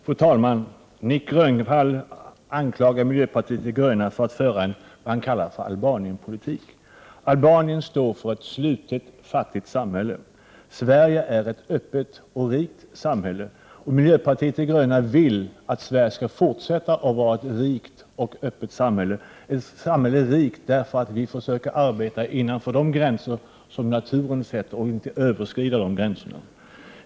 Fru talman! Nic Grönvall anklagar oss i miljöpartiet de gröna för att föra 6 juni 1989 vad han kallar en Albanienpolitik. Men Albanien är ett slutet och fattigt samhälle. Sverige är ett öppet och rikt samhälle, och miljöpartiet de gröna vill att Sverige skall fortsätta att vara ett rikt och öppet samhälle — rikt i den meningen att vi försöker arbeta inom de gränser som naturen sätter och inte överskrider dessa.